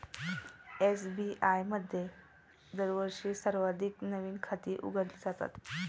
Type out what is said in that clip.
SBI मध्ये दरवर्षी सर्वाधिक नवीन खाती उघडली जातात